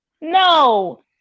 No